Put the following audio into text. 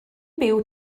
byw